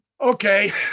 Okay